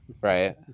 Right